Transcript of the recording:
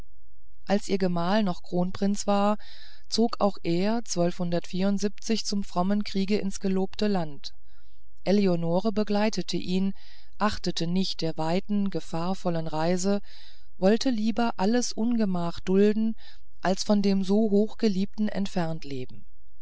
als ihr gemahl noch kronprinz war zog auch er zum frommen kriege ins gelobte land eleonore begleitete ihn achtete nicht der weiten gefahrvollen reise wollte lieber alles ungemach dulden als von dem so hoch geliebten entfernt lebten